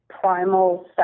primal